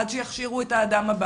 עד שיכשירו את האדם הבא.